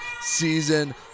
season